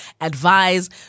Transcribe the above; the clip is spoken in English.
advise